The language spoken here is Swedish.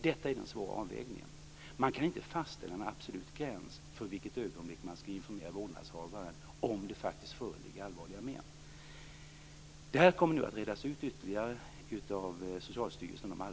Detta är den svåra avvägningen. Man kan inte fastställa en absolut gräns för i vilket ögonblick man skall informera vårdnadshavaren om det faktiskt föreligger risk för allvarliga men. De allmänna råden kommer nu att utredas ytterligare av Socialstyrelsen.